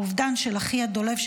האובדן של אחיה דולב,